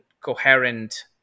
coherent